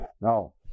Now